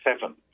seven